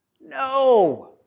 No